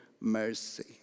mercy